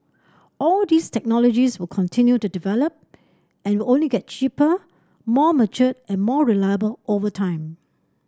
all these technologies will continue to develop and will only get cheaper more mature and more reliable over time